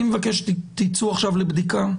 אני מבקש שתצאו עכשיו לבדיקה.